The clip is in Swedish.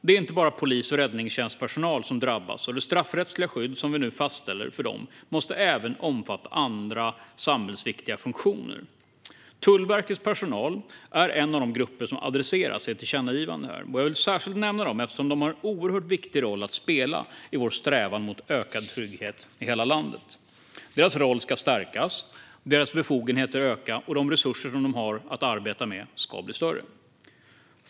Det är inte bara polis och räddningstjänstpersonal som drabbas, och det straffrättsliga skydd som vi nu fastställer för dem måste även omfatta andra samhällsviktiga funktioner. Tullverkets personal är en av de grupper som adresseras i ett tillkännagivande. Jag vill särskilt nämna dem eftersom de har en oerhört viktig roll att spela i vår strävan mot ökad trygghet i hela landet. Deras roll ska stärkas, deras befogenheter ska öka, och de resurser som de har att arbeta med ska bli större.